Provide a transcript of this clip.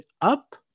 up